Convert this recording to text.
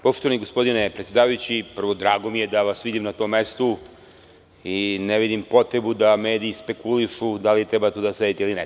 Poštovani gospodine predsedavajući, drago mi je da vas vidim na tom mestu i ne vidim potrebu da mediji spekulišu da li treba tu da sedite ili ne.